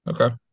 okay